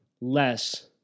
less